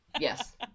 Yes